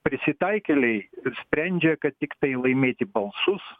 prisitaikėliai ir sprendžia kad tiktai laimėti balsus